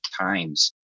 times